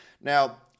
Now